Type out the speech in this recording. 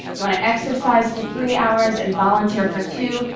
you want to exercise for three hours and volunteer for two,